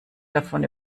davon